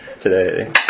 today